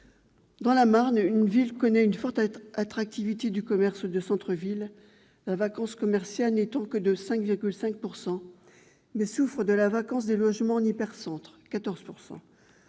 Dans la Marne, une ville connaît une forte attractivité du commerce de centre-ville, la vacance commerciale n'y étant que de 5,5 %, mais souffre de la vacance de logements en hypercentre, où